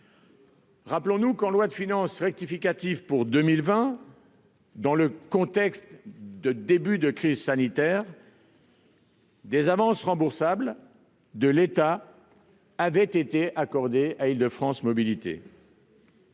Rappelons-nous qu'en loi de finances rectificative pour 2020, dans le contexte de début de crise sanitaire, des avances remboursables de l'État avaient été accordées à Île-de-France Mobilités.